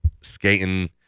skating